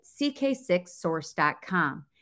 ck6source.com